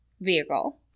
vehicle